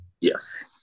Yes